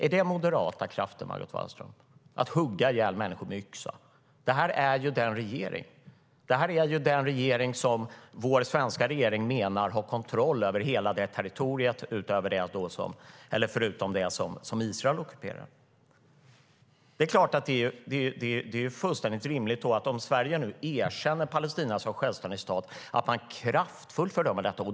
Är det moderata krafter, Margot Wallström, att hugga ihjäl människor med yxa? Om Sverige nu erkänner Palestina som självständig stat är det fullständigt rimligt att man kraftfullt fördömer detta.